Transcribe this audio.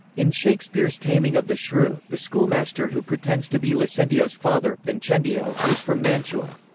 in shakespeare's taming of the shrew, the schoolmaster who pretends to be lucentio's father, vincentio, is from mantua.